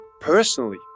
personally